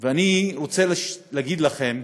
ואני רוצה להגיד לכם,